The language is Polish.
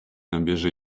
nabierze